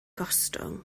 gostwng